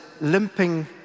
limping